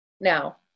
now